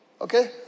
Okay